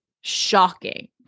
Shocking